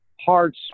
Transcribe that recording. hard